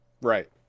Right